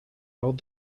held